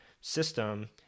system